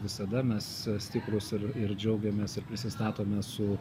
visada mes stiprūs ir ir džiaugiamės ir prisistatome su